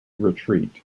retreat